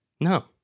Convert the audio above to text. No